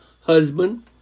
husband